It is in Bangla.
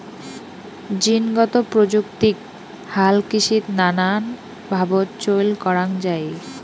জীনগত প্রযুক্তিক হালকৃষিত নানান ভাবত চইল করাঙ যাই